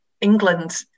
England